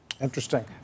Interesting